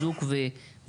הצגתי נתונים לקציני אח"מ